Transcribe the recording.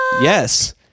yes